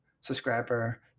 subscriber